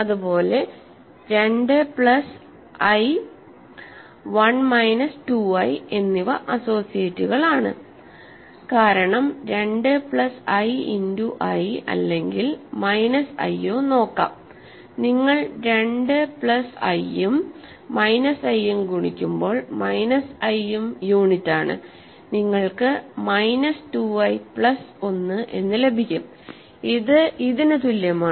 അതുപോലെ 2 plus I 1 minus 2 I എന്നിവ അസോസിയേറ്റുകളാണ് കാരണം 2 പ്ലസ് ഐ ഇന്റു ഐ അല്ലെങ്കിൽ മൈനസ് ഐയോ നോക്കാം നിങ്ങൾ 2 പ്ലസ് ഐയും മൈനസ് ഐയും ഗുണിക്കുമ്പോൾ മൈനസ് ഐയും യൂണിറ്റാണ് നിങ്ങൾക്ക് മൈനസ് 2 i പ്ലസ് 1 ലഭിക്കുംഇത് ഇതിന് തുല്യമാണ്